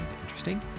interesting